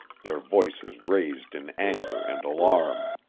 their voices raised in anger and alarm.